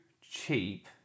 cheap